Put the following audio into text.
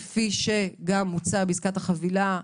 כפי שגם הוצע בעסקת החבילה,